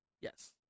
Yes